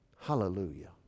Hallelujah